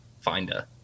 finder